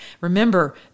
remember